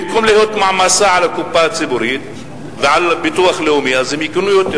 במקום להיות מעמסה על הקופה הציבורית ועל הביטוח הלאומי הם יקנו יותר,